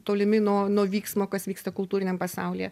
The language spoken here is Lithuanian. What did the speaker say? tolimi nuo nuo vyksmo kas vyksta kultūriniam pasaulyje